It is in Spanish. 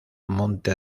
monte